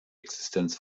existenz